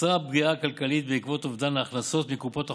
נוצרה פגיעה כלכלית בעקבות אובדן ההכנסות מקופות החולים,